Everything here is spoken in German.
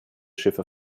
schiffe